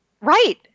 Right